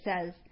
says